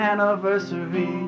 Anniversary